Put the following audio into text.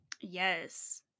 yes